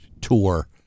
tour